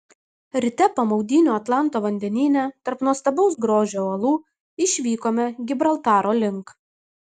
ryte po maudynių atlanto vandenyne tarp nuostabaus grožio uolų išvykome gibraltaro link